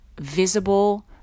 visible